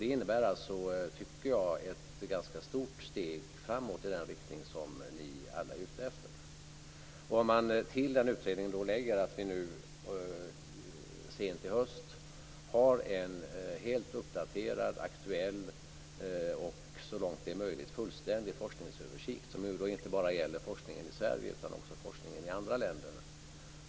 Det innebär alltså ett ganska stort steg framåt i den riktning som ni alla strävar åt. Till den utredningen kan man lägga att vi sedan sent i höstas har en helt uppdaterad, aktuell och så långt det är möjligt fullständig forskningsöversikt som inte bara gäller forskningen i Sverige utan också forskningen i andra länder.